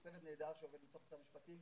צוות נהדר שעובד בתוך משרד המשפטים.